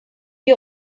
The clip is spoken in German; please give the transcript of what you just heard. die